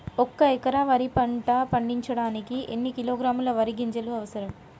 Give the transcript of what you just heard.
ఒక్క ఎకరా వరి పంట పండించడానికి ఎన్ని కిలోగ్రాముల వరి గింజలు అవసరం?